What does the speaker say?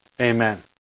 Amen